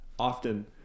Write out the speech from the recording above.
Often